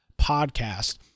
podcast